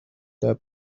that